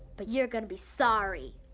but you're gonna be sorry.